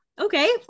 Okay